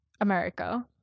America